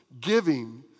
giving